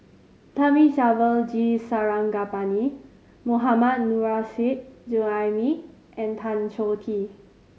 Thamizhavel G Sarangapani Mohammad Nurrasyid Juraimi and Tan Choh Tee